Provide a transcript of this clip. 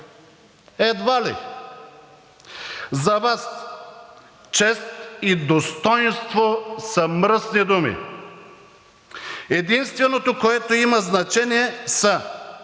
Едва ли – за Вас чест и достойнство са мръсни думи. Единственото, което има значение, са